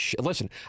listen